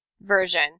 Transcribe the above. version